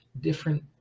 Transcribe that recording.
different